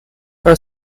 her